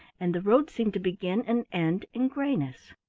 and the road seemed to begin and end in grayness.